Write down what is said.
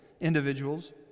individuals